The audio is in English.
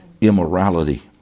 immorality